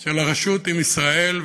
של הרשות עם ישראל,